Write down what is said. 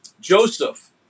Joseph